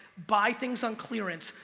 buy things on clearance,